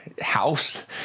house